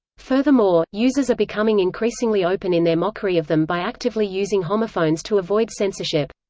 furthermore, users are becoming increasingly open in their mockery of them by actively using homophones to avoid censorship.